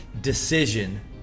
decision